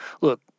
Look